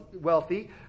wealthy